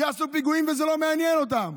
יעשו פיגועים וזה לא מעניין אותם.